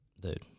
Dude